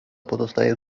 pozostaje